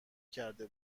کرده